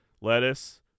lettuce